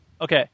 Okay